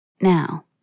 Now